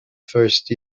first